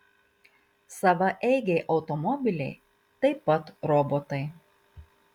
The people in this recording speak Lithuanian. savaeigiai automobiliai taip pat robotai